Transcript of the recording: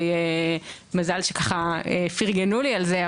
מזל שככה פרגנו לי על זה,